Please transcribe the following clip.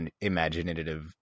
imaginative